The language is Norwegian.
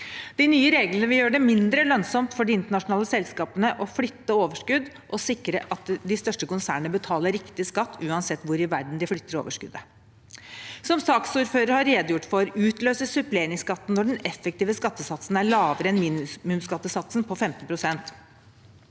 De nye reglene vil gjøre det mindre lønnsomt for internasjonale selskap å flytte overskudd, og sikre at de største konsernene betaler riktig skatt uansett hvor i verden de flytter overskuddet. Som saksordføreren har redegjort for, utløses suppleringsskatten når den effektive skattesatsen er lavere enn minimumsskattesatsen på 15 pst.